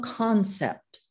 concept